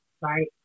right